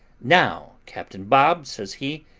now, captain bob, says he,